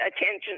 attention